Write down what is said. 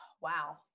Wow